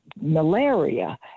malaria